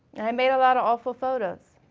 and i made a lotta awful photos.